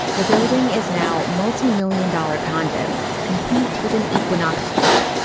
the building is now multi-million dollar condos complete with an equinox gym.